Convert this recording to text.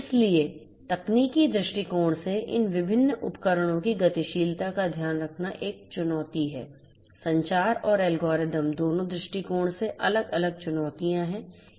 इसलिए तकनीकी दृष्टिकोण से इन विभिन्न उपकरणों की गतिशीलता का ध्यान रखना एक चुनौती है संचार और एल्गोरिथम दोनों दृष्टिकोण से अलग अलग चुनौतियाँ हैं